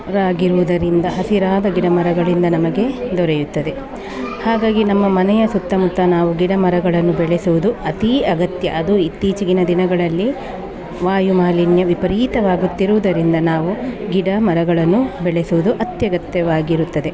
ರಾಗಿರುವುದರಿಂದ ಹಸಿರಾದ ಗಿಡಮರಗಳಿಂದ ನಮಗೆ ದೊರೆಯುತ್ತದೆ ಹಾಗಾಗಿ ನಮ್ಮ ಮನೆಯ ಸುತ್ತಮುತ್ತ ನಾವು ಗಿಡಮರಗಳನ್ನು ಬೆಳೆಸುವುದು ಅತೀ ಅಗತ್ಯ ಅದು ಇತ್ತೀಚಿನ ದಿನಗಳಲ್ಲಿ ವಾಯುಮಾಲಿನ್ಯ ವಿಪರೀತವಾಗುತ್ತಿರುವುದರಿಂದ ನಾವು ಗಿಡಮರಗಳನ್ನು ಬೆಳೆಸುವುದು ಅತ್ಯಗತ್ಯವಾಗಿರುತ್ತದೆ